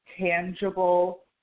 tangible